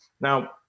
Now